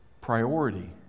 priority